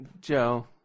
Joe